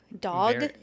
Dog